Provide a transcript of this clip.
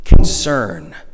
concern